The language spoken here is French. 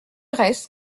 reste